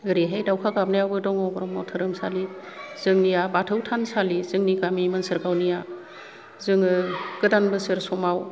ओरैहाय दावखा गाबनायावबो दङ ब्रह्म धोरोमसालि जोंनिआ बाथौ थानसालि जोंनि गामि मोनसोरगावनिया जोङो गोदान बोसोर समाव